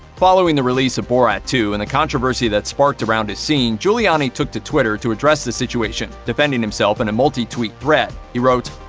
following the release of borat two and the controversy that's sparked around his scene, giuliani giuliani took to twitter to address the situation, defending himself in a multi-tweet thread. he wrote,